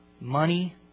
money